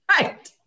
Right